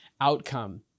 outcome